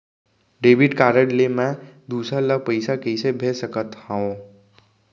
Debit card ले मैं दूसर ला पइसा कइसे भेज सकत हओं?